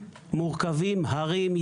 מורכבים: הרים,